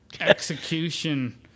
Execution